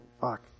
Fuck